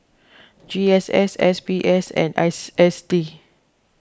G S S S B S and S S D